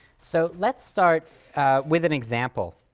so, let's start with an example.